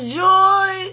joy